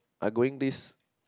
I going this